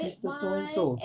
mister so and so